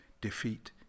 Defeat